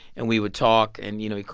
and we would talk and, you know,